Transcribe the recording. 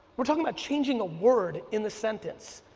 we're talking about changing a word in the sentence.